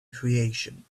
creation